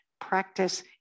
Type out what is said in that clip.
practice